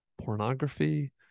pornography